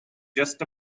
just